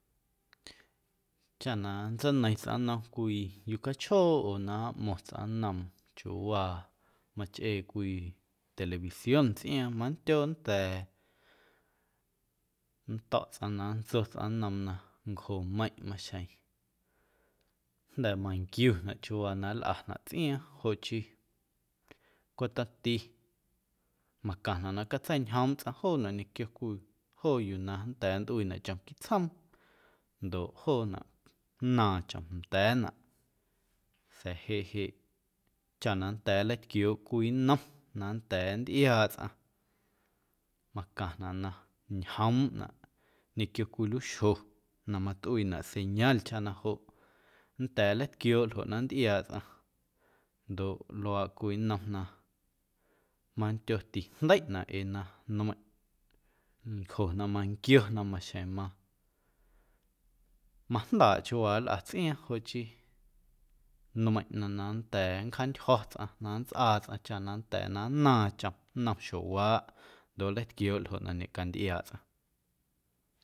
Chaꞌ na nntseineiⁿ tsꞌaⁿ nnom cwii yucachjoo oo na mꞌmo̱ⁿ tsꞌaⁿ nnoom chiuwaa machꞌee cwii televisión tsꞌiaaⁿ mandyo nnda̱a̱ nnto̱ꞌ tsꞌaⁿ na nntso tsꞌaⁿ nnoom na ncjomeiⁿꞌ maxjeⁿ jnda̱ manquiunaꞌ chiuuwaa na nlꞌanaꞌ tsꞌiaaⁿ joꞌ chii cweꞌ tomti macaⁿnaꞌ na catseiñjoomꞌ tsꞌaⁿ joonaꞌ ñequio cwii joo yuu na nnda̱a̱ nntꞌuiinaꞌ chom quiiꞌ tsjoom ndoꞌ joonaꞌ nnaaⁿ chom nda̱a̱na. Sa̱a̱ jeꞌ jeꞌ chaꞌ na nnda̱a̱ nleitquiooꞌ cwii nnom na nnda̱a̱ nntꞌiaaꞌ tsꞌaⁿ macaⁿnaꞌ na ñjoomꞌnaꞌ ñequio cwii luiixjo na matꞌuiinaꞌ señal chaꞌ na joꞌ nnda̱a̱ nleitquiooꞌ ljoꞌ na nntꞌiaaꞌ tsꞌaⁿ ndoꞌ luaaꞌ cwii nnom na mandyo tijndeiꞌnaꞌ ee na nmeiⁿꞌ ncjo na manquio na maxjeⁿ ma majndaaꞌ chiuuwaa nlꞌa tsꞌiaaⁿ joꞌ chii nmeiⁿꞌ ꞌnaⁿ na nnda̱a̱ nncjaantyjo̱ tsꞌaⁿ na nntsꞌaa tsꞌaⁿ chaꞌ na nnda̱a̱ nnaaⁿ chom nnom xjowaaꞌ ndoꞌ nleitquiooꞌ ljo na ñecantꞌiaaꞌ tsꞌaⁿ.